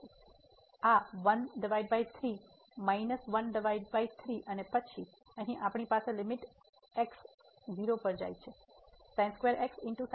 તેથી આ 13 તેથી માઇનસ 13 અને પછી અહીં આપણી પાસે લીમીટ x 0 પર જાય છે ની છે